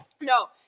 No